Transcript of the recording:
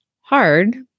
hard